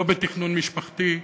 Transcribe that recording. לא בתכנון משפחתי,